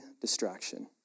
distraction